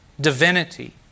divinity